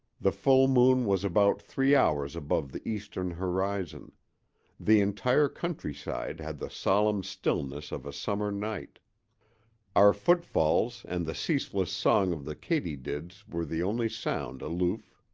the full moon was about three hours above the eastern horizon the entire countryside had the solemn stillness of a summer night our footfalls and the ceaseless song of the katydids were the only sound aloof.